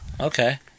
Okay